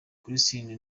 christine